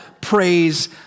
praise